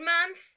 month